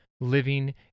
living